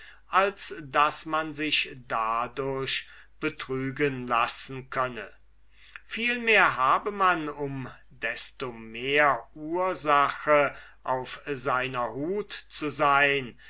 als daß man sich dadurch betrügen lassen könne vielmehr habe man um desto mehr ursache auf seiner hut zu sein